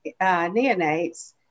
neonates